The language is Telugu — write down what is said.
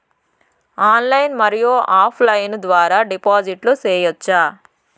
ఆన్లైన్ మరియు ఆఫ్ లైను ద్వారా డిపాజిట్లు సేయొచ్చా?